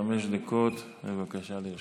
חמש דקות, בבקשה, לרשותך.